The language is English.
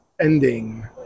ending